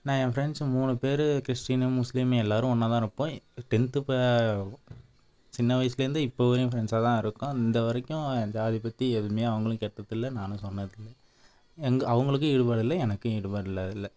நான் என் ஃப்ரெண்ட்ஸு மூணு பேர் கிறிஸ்டினு முஸ்லீமு எல்லோரும் ஒன்றா தான் இருப்போம் டென்த்து இப்போ சின்ன வயசில் இருந்தே இப்போ வரையும் ஃப்ரெண்ட்ஸாக தான் இருக்கோம் இந்த வரைக்கும் ஜாதி பற்றி எதுவுமே அவங்களும் கேட்டதில்லை நானும் சொன்னதில்லை எங்கள் அவங்களுக்கும் ஈடுபாடு இல்லை எனக்கும் ஈடுபாடு இல்லை அதில்